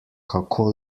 kako